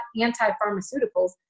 anti-pharmaceuticals